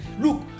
look